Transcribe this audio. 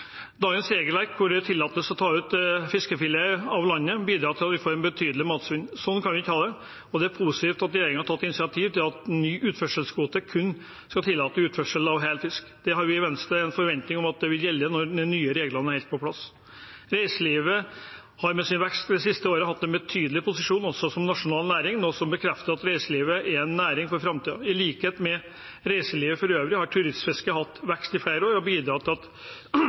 Dagens regelverk med at det er tillatt å ta fiskefilet ut av landet, bidrar til at vi får et betydelig matsvinn. Sånn kan vi ikke ha det, og det er positivt at regjeringen har tatt initiativ til at ny utførselskvote kun skal tillate utførsel av hel fisk. Det har vi i Venstre en forventning om at vil gjelde når de nye reglene er på plass. Reiselivet har med sin vekst de siste årene hatt en betydelig posisjon også som nasjonal næring, noe som bekrefter at reiselivet er en næring for framtiden. I likhet med reiselivet for øvrig har turistfisket hatt vekst i flere år og bidratt til